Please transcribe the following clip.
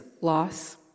loss